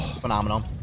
Phenomenal